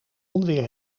onweer